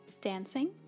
dancing